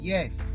Yes